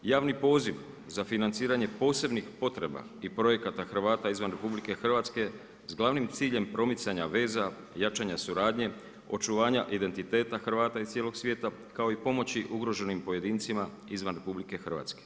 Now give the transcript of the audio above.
Javni poziv za financiranje posebnih potreba i projekata Hrvata izvan RH s glavnim ciljem promicanja veza, jačanja suradnje, očuvanja identiteta Hrvata iz cijelog svijeta kao i pomoći ugroženim pojedincima izvan RH.